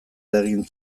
eragin